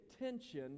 attention